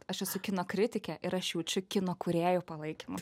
aš esu kino kritikė ir aš jaučiu kino kūrėjų palaikymą